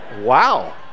wow